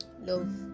love